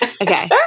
Okay